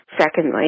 Secondly